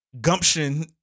gumption